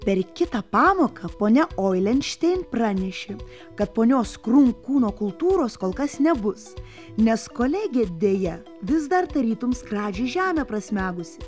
per kitą pamoką ponia oilenštein pranešė kad ponios krunk kūno kultūros kol kas nebus nes kolegė deja vis dar tarytum skradžiai žemę prasmegusi